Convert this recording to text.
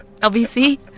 LBC